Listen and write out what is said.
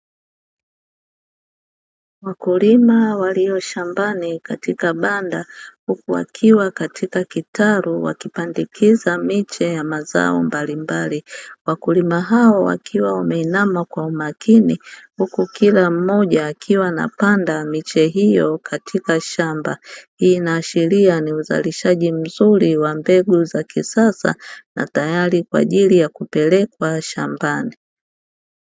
Wakulima walio shambani katika banda huku wakiwa katika kitalu wakipandikiza miche ya mazao mbalimbali. Wakulima hao wakiwa wameinama kwa umakini, huku kila mmoja akiwa anapanda miche hiyo katika shamba. Hii inaashiria ni uzalishaji mzuri wa mbegu za kisasa na tayari kwa ajili ya kupelekwa shambani.